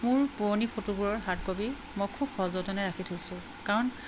মোৰ পুৰণি ফটোবোৰৰ হাৰ্ড কপি মই খুব সযতনে ৰাখি থৈছোঁ কাৰণ